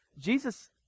Jesus